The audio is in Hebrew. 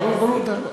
ברור, ברור.